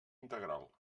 integral